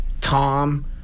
Tom